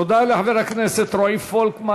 תודה לחבר הכנסת רועי פולקמן.